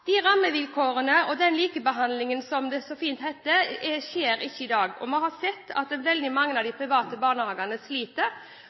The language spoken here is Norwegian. De rammevilkårene og den likebehandlingen – som det så fint heter – oppfylles ikke i dag, og vi har sett at veldig mange av